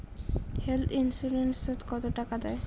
Health insurance ওত কত টাকা দেয়?